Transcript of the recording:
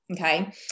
Okay